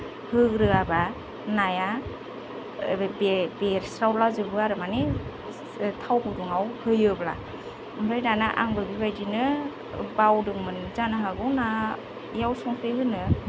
होग्रोआबा नाया ओरै बेरस्रावलाजोबो आरो माने थाव गुदुङाव होयोब्ला ओमफ्राय दाना आंबो बेबायदिनो बावदोंमोन जानो हागौ नायाव संख्रै होनो